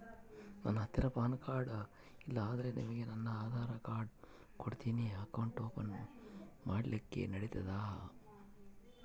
ನನ್ನ ಹತ್ತಿರ PAN card ಇಲ್ಲ ಆದ್ದರಿಂದ ನಿಮಗೆ ನನ್ನ ಆಧಾರ್ ಕಾರ್ಡ್ ಕೊಡ್ತೇನಿ ಅಕೌಂಟ್ ಓಪನ್ ಮಾಡ್ಲಿಕ್ಕೆ ನಡಿತದಾ?